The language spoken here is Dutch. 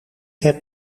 heb